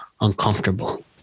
uncomfortable